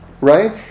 right